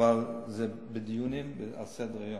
אבל זה בדיונים, על סדר-היום.